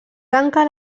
tanca